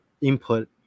input